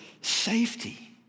safety